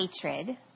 hatred